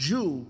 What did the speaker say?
Jew